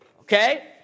Okay